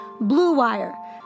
BLUEWIRE